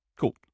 Cool